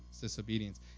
disobedience